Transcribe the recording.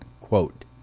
Quote